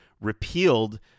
repealed